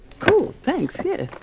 cool, thanks, yeah.